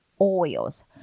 oils